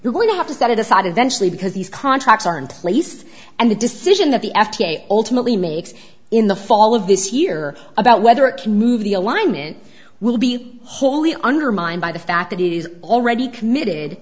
you're going to have to set it aside eventually because these contracts are in place and the decision that the f d a ultimately makes in the fall of this year about whether it can move the alignment will be wholly undermined by the fact that it is already committed